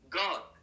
god